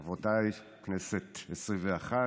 חברותיי, הכנסת העשרים-ואחת,